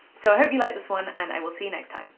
so i hope you liked this one and i will see you next time.